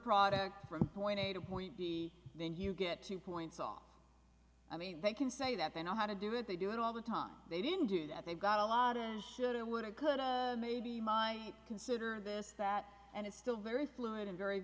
product from point a to point b then you get two points off i mean they can say that they know how to do it they do it all the time they didn't do that they've got a lot of shit would it could maybe my consider this that and it's still very fluid and very